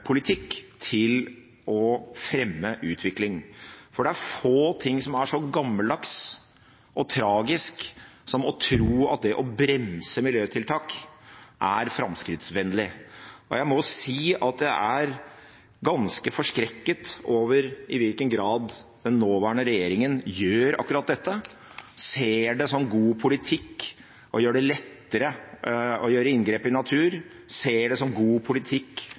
til å fremme utvikling, for det er få ting som er så gammeldags og tragisk som å tro at det å bremse miljøtiltak er framskrittsvennlig. Og jeg må si jeg er ganske forskrekket over i hvilken grad den nåværende regjeringen gjør akkurat dette – ser det som god politikk å gjøre det lettere å gjøre inngrep i natur, ser det som god politikk